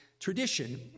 Tradition